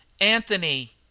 anthony